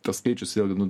tą skaičius vėlgi nu